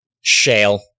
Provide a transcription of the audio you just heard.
Shale